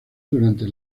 durante